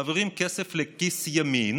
מעבירים כסף לכיס ימין